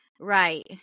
Right